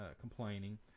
complaining